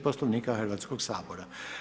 Poslovnika Hrvatskoga sabora.